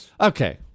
Okay